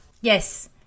Yes